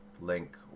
link